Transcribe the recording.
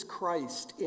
Christ